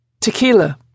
Tequila